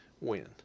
win